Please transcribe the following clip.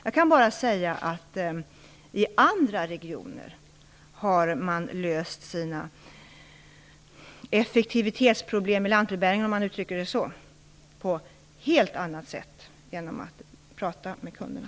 Jag kan bara säga att man i andra regioner har löst sina effektivitetsproblem i lantbrevbäringen, om man uttrycker det så, på helt annat sätt genom att prata med kunderna.